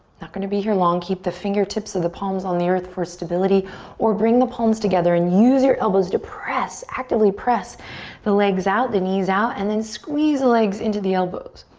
not gonna be here long. keep the fingertips of the palms on the earth for stability or bring the palms together and use your elbows to press, actively press the legs out, the knees out, and then squeeze the legs into the elbows.